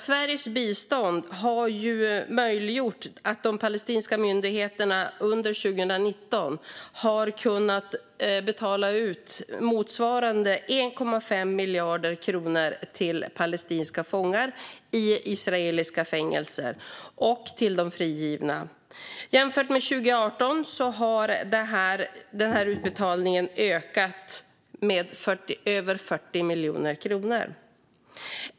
Sveriges bistånd har möjliggjort för de palestinska myndigheterna att under 2019 betala ut motsvarande 1,5 miljarder kronor till palestinska fångar i israeliska fängelser och till frigivna. Jämfört med 2018 har denna utbetalning ökat med över 40 miljoner kronor.